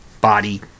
body